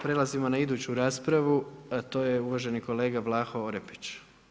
Prelazimo na iduću raspravu a to je uvaženi kolega Vlaho Orepić.